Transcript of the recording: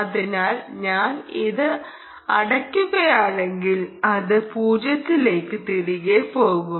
അതിനാൽ ഞാൻ ഇത് അടയ്ക്കുകയാണെങ്കിൽ അത് 0 ലേക്ക് തിരികെ പോകും